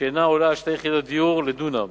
שאינה עולה על שתי יחידות דיור לדונם